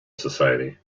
society